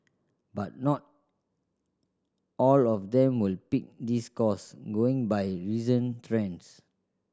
but not all of them will pick this course going by recent trends